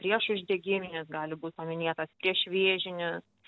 priešuždegiminis gali būt paminėtas priešvėžinis